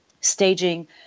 staging